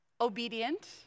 obedient